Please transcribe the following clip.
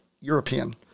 European